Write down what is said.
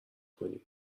کنی